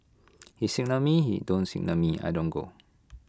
he signal me he don't signal me I don't go